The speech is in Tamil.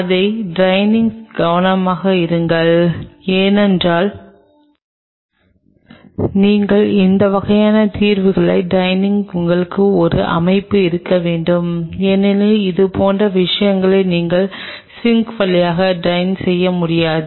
அதை ட்ரைனிங் கவனமாக இருங்கள் ஏனென்றால் நீங்கள் இந்த வகையான தீர்வுகளை ட்ரைனிங் உங்களுக்கு ஒரு அமைப்பு இருக்க வேண்டும் ஏனெனில் இதுபோன்ற விஷயங்களை நீங்கள் சிங்க் வழியாக ட்ரைன் செய்ய முடியாது